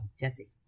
Jesse